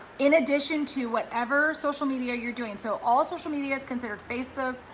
in addition to whatever social media you're doing. so all social medias considered facebook,